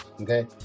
okay